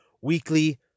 Weekly